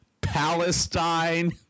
Palestine